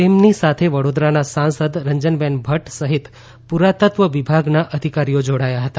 તેમની સાથે વડોદરાના સાંસદ રંજનબેન ભદ્દ સહિત પુરાતત્વ વિભાગના અધિકારીઓ જોડાયા હતા